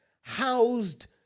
housed